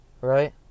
right